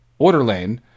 Orderlane